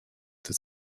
that